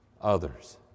others